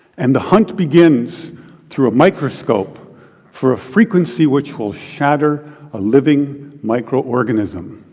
and the hunt begins through a microscope for a frequency which will shatter a living microorganism.